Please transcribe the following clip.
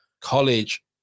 college